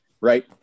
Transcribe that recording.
right